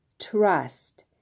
trust